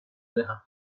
teha